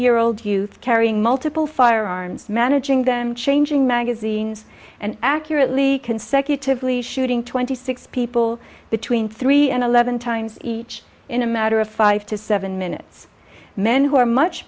year old youth carrying multiple firearms managing them changing magazines and accurately consecutively shooting twenty six people between three and eleven times each in a matter of five to seven minutes men who are much